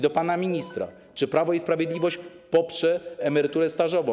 Do pana ministra: Czy Prawo i Sprawiedliwość poprze emeryturę stażową?